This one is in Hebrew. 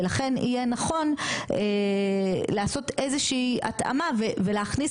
ולכן יהיה נכון לעשות איזושהי התאמה ולהכניס